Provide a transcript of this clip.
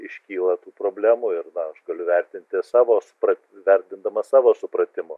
iškyla tų problemų ir va aš galiu vertinti savo suprati vertindamas savo supratimu